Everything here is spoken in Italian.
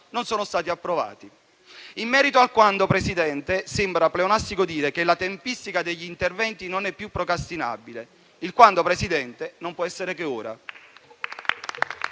non sono stati approvati. In merito al quando, Presidente, sembra pleonastico dire che la tempistica degli interventi non è più procrastinabile: il quando non può essere che ora.